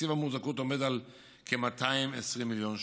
תקציב המוחזקות עומד כ-220 מיליון שקל.